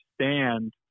understand